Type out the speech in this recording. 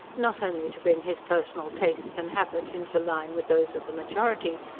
not only to bring his personal tastes and habits into line with those of the majority,